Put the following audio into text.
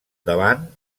davant